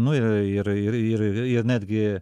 nu ir ir ir ir netgi